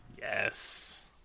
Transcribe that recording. Yes